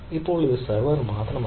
ഇപ്പോൾ ഇത് സെർവർ മാത്രമല്ല